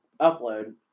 upload